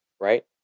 right